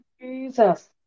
Jesus